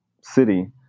city